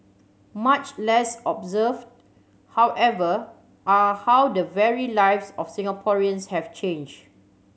much less observed however are how the very lives of Singaporeans have changed